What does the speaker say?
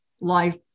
life